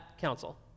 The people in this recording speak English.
council